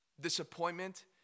Disappointment